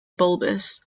bulbous